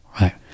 right